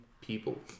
people